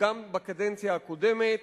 וגם בקדנציה הקודמת.